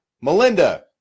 Melinda